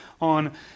on